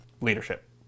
leadership